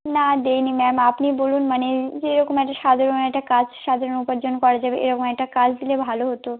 না দেই নি ম্যাম আপনি বলুন মানে যেরকম একটা সাধারণ একটা কাজ সাধারণ উপার্জন করা যাবে এরকম একটা কাজ দিলে ভালো হতো